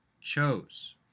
chose